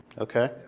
Okay